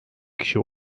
kişi